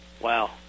Wow